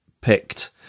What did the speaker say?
picked